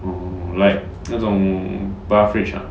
ooh like 这种 beverage ah